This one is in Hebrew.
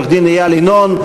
עורך-דין איל ינון,